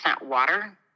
water